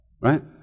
right